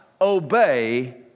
obey